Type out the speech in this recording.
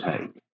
take